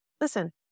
Listen